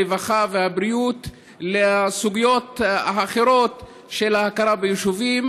הרווחה והבריאות לסוגיות האחרות של ההכרה ביישובים,